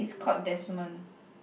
he's called Desmond